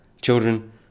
children